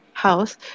house